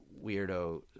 weirdo